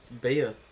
beer